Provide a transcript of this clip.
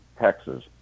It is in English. Texas